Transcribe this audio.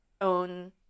own